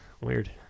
Weird